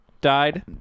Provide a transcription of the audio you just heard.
died